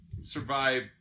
survive